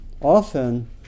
often